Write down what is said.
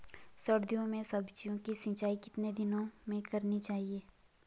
सर्दियों में सब्जियों की सिंचाई कितने दिनों में करनी चाहिए?